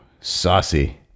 saucy